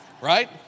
Right